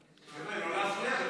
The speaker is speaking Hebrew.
נא לא להפריע לו,